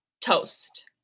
toast